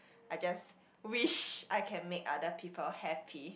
I just wish I can make other people happy